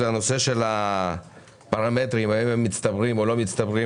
הנושא של הפרמטרים האם הם מצטברים או לא מצטברים,